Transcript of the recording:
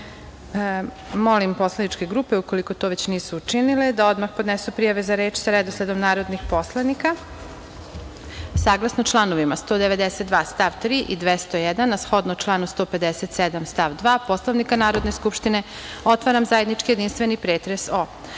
ga. Molim poslaničke grupe, ukoliko to već nisu učinile, da odmah podnesu prijave za reč sa redosledom narodnih poslanika. Saglasno čl. 192. stav 3. i 201. a shodno članu 157. stav 2. Poslovnika Narodne skupštine, otvaram zajednički jedinstveni pretres o: